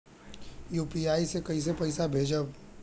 UPI से कईसे पैसा भेजब?